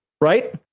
Right